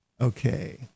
Okay